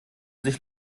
sich